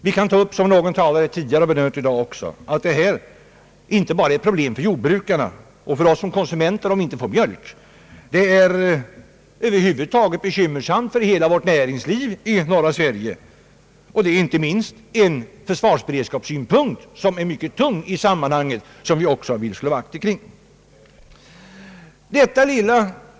Vi kan — vilket någon talare tidigare har berört i dag — säga att om vi inte får mjölk så är det inte bara ett problem för jordbrukare och för oss konsumenter utan det är över huvud taget ett bekymmer för hela näringslivet i norra Sverige och inte minst för vår försvarsberedskap som vi vill slå vakt omkring — en synpunkt som väger mycket tungt i detta sammanhang.